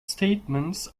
statements